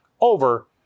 over